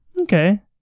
Okay